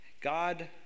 God